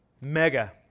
Mega